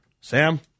Sam